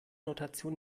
notation